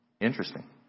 Interesting